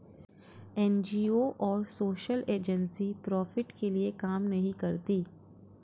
NGO और social agency profit के लिए काम नहीं करती है